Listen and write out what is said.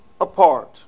apart